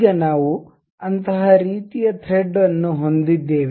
ಈಗ ನಾವು ಅಂತಹ ರೀತಿಯ ಥ್ರೆಡ್ ವನ್ನು ಹೊಂದಿದ್ದೇವೆ